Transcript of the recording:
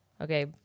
Okay